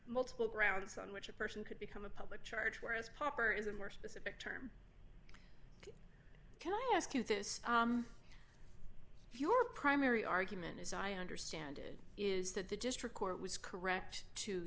multiple grounds on which a person could become a public charge whereas popper is a more specific term can i ask you this your primary argument as i understand it is that the district court was correct to